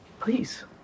Please